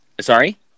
Sorry